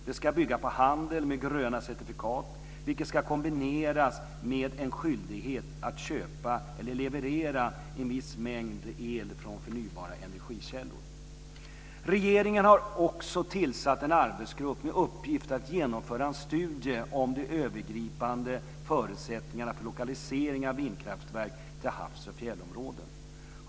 Det ska bygga på handel med gröna certifikat, vilket ska kombineras med en skyldighet att köpa eller leverera en viss mängd el från förnybara energikällor. Regeringen har också tillsatt en arbetsgrupp med uppgift att genomföra en studie om de övergripande förutsättningarna för lokalisering av vindkraftverk till havs och fjällområden.